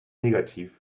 negativ